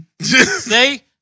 Say